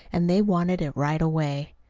and they wanted it right away.